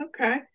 Okay